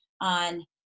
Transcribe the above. on